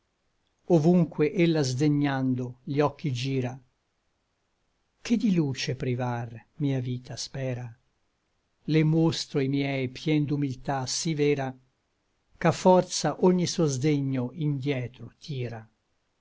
ovunque ella sdegnando gli occhi gira che di luce privar mia vita spera le mostro i miei pien d'umiltà sí vera ch'a forza ogni suo sdegno indietro tira